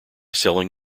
selling